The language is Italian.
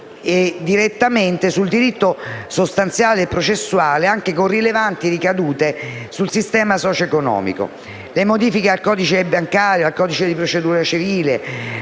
direttamente sul diritto sostanziale e processuale, anche con rilevanti ricadute sul sistema socioeconomico. Le modifiche al codice bancario e al codice di procedura civile,